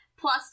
Plus